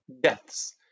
deaths